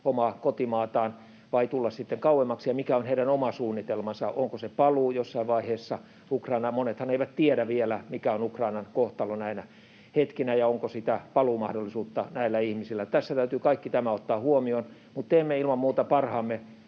omaa kotimaataan vai tulla sitten kauemmaksi, ja mikä on heidän oma suunnitelmansa, onko se paluu Ukrainaan jossain vaiheessa? Monethan eivät tiedä vielä, mikä on Ukrainan kohtalo näinä hetkinä ja onko sitä paluumahdollisuutta näillä ihmisillä. Tässä täytyy kaikki tämä ottaa huomioon, mutta teemme ilman muuta parhaamme